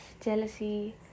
jealousy